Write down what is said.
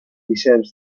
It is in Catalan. vicenç